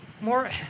more